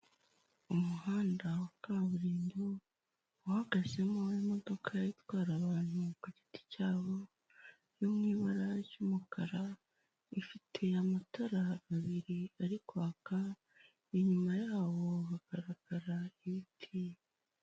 Umuhanda wa kaburimbo uhagazemo imodoka itwara abantu ku giti cyabo yo mu ibara ry'umukara ifite amatara abiri ari kwaka inyuma yaho hagaragara ibiti.